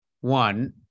one